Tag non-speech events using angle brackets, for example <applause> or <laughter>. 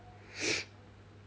<noise>